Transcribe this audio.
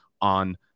on